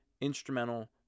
instrumental